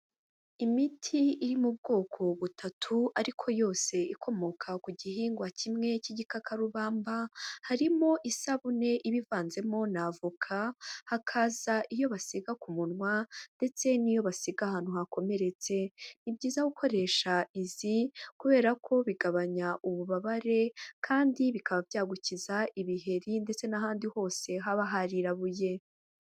Imiti iri mu ubwoko butatu ariko yose ikomoka ku gihingwa kimwe cy'igikakarubamba, harimo isabune ibivanzemo na avoka, hakaza iyo basiga ku munwa, ndetse n'iyo basiga ahantu hakomeretse, ni byiza gukoresha izi kubera ko bigabanya ububabare, kandi bikaba byagukiza ibiheri ndetse n'ahandi hose haba haririrabuye.